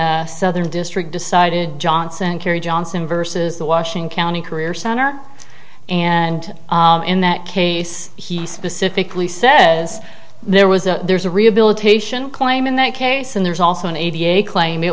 the southern district decided johnson carrie johnson versus the washing county career center and in that case he specifically says there was a there's a rehabilitation claim in that case and there's also an aviator claim it